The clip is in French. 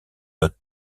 lot